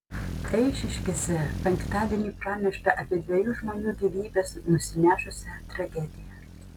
eišiškėse penktadienį pranešta apie dviejų žmonių gyvybes nusinešusią tragediją